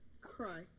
cry